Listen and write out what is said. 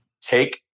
Take